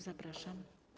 Zapraszam.